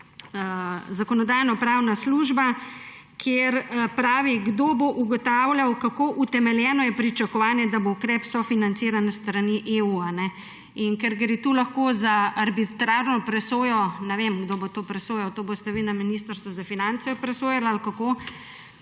Zakonodajno-pravna služba, kjer pravi, »kdo bo ugotavljal, kako utemeljeno je pričakovanje, da bo ukrep sofinanciran s strani EU«. Ker gre tu lahko za arbitrarno presojo − ne vem, kdo bo to presojal, a boste to vi na Ministrstvu za finance presojali ali kako?